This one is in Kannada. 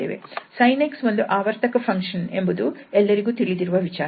sin 𝑥 ಒಂದು ಆವರ್ತಕ ಫಂಕ್ಷನ್ ಎಂಬುದು ಎಲ್ಲರಿಗೂ ತಿಳಿದಿರುವ ವಿಚಾರ